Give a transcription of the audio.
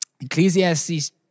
Ecclesiastes